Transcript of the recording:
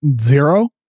Zero